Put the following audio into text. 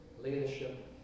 leadership